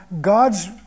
God's